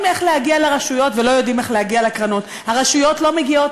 איך להגיע לרשויות ולא יודעים איך להגיע לקרנות.